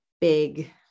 big